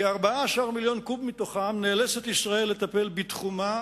בכ-14 מיליון קוב מתוכם נאלצת ישראל לטפל בתחומה,